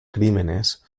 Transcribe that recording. crímenes